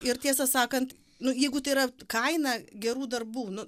ir tiesą sakant nu jeigu tai yra kaina gerų darbų nu